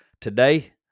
today